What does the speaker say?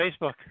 Facebook